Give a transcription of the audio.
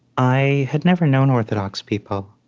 i had never known orthodox people,